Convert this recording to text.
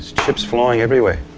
chips flying everywhere.